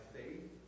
faith